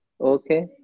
Okay